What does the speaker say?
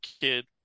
Kid